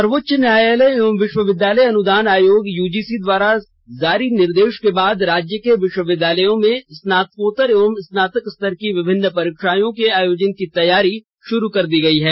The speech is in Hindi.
सर्वोच्च न्यायालय एवं विश्वविद्यालय अनुदान आयोग यूजीसी े द्वारा जारी निर्देश के बाद राज्य के विश्वविद्यालयों में स्नातकोत्तर एवं स्नातक स्तर की विभिन्न परीक्षाओं के आयोजन की तैयारी शुरू कर दी गई है